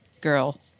girl